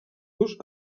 los